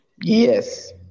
Yes